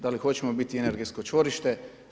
Da li hoćemo biti energetsko čvorište?